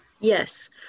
Yes